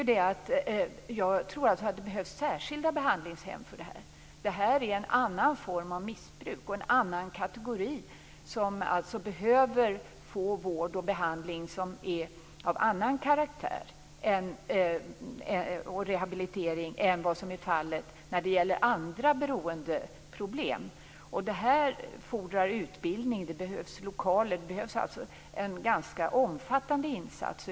Jag tror att det behövs särskilda behandlingshem för spelberoende. Det är en annan form av missbruk och en annan kategori, som alltså behöver få vård, behandling och rehabilitering som är av annan karaktär än vad som är fallet med andra beroendeproblem. Det här fordrar utbildning, och det behövs lokaler. Det behövs alltså en ganska omfattande insats.